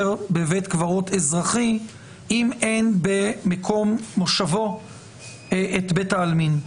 בבית קברות אזרחי אם אין במקום מושבו את בית העלמין.